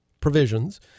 provisions